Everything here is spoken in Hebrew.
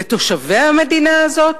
לתושבי המדינה הזאת,